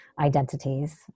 identities